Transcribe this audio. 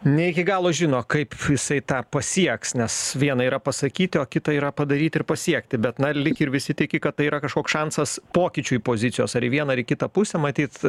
ne iki galo žino kaip jisai tą pasieks nes viena yra pasakyti o kita yra padaryti ir pasiekti bet na lyg ir visi tiki kad tai yra kažkoks šansas pokyčiui pozicijos ar į vieną ar į kitą pusę matyt